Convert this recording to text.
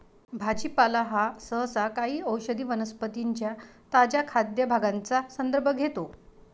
भाजीपाला हा सहसा काही औषधी वनस्पतीं च्या ताज्या खाद्य भागांचा संदर्भ घेतो